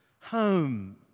home